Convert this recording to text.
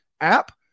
app